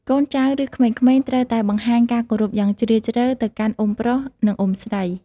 កូនចៅ ឬក្មេងៗ ត្រូវតែបង្ហាញការគោរពយ៉ាងជ្រាលជ្រៅទៅកាន់អ៊ុំប្រុស និង អ៊ុំស្រី។